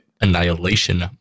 Annihilation